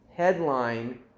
headline